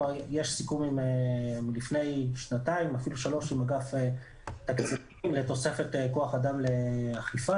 כבר יש סיכום מלפני שנתיים-שלוש עם אגף תקציבים לתוספת כוח אדם לאכיפה.